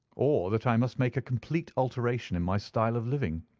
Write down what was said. or that i must make a complete alteration in my style of living.